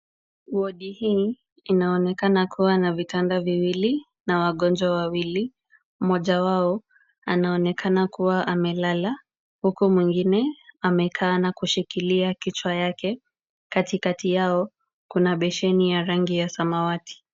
Wodi hii inaonekana kuwa na vitanda viwili na wagonjwa wawili, mmoja wao anaonekana kuwa amelala, huku mwingine amekaa na kushikilia kichwa yake, katikati yao kuna beseni ya rangi ya samawati.